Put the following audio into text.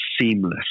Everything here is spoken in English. seamless